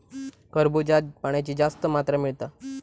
खरबूज्यात पाण्याची जास्त मात्रा मिळता